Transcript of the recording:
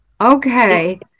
Okay